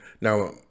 Now